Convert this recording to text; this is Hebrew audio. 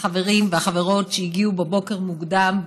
החברים והחברות שהגיעו בבוקר מוקדם,